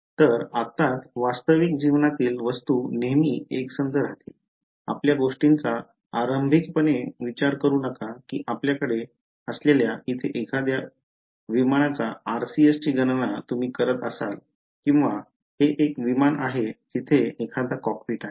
तर आत्ताच वास्तविक जीवनातील वस्तू नेहमी एकसंध राहतील आपल्या गोष्टींचा आरंभिकपणे विचार करू नका की आपल्याकडे असलेल्या इथे एखाद्या विमानाच्या RCS ची गणना तुम्ही करत असाल किंवा हे एक विमान आहे तिथे एखादा कॉकपीट आहे